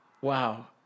wow